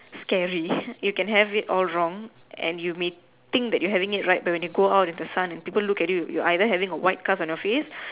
scary you can have it all wrong and you may think that you are having it right but when you go out with the sun and people look at you with your eye there having a white scar on your face